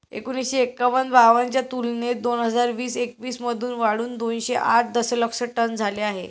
एकोणीसशे एक्क्याण्णव ब्याण्णव च्या तुलनेत दोन हजार वीस एकवीस मध्ये वाढून दोनशे आठ दशलक्ष टन झाले आहे